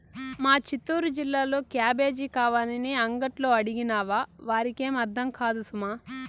మా చిత్తూరు జిల్లాలో క్యాబేజీ కావాలని అంగట్లో అడిగినావా వారికేం అర్థం కాదు సుమా